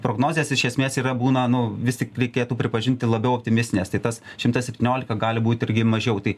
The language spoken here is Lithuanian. prognozės iš esmės yra būna nu vistik reikėtų pripažinti labiau optimistinės tai tas šimtas septyniolika gali būti irgi mažiau tai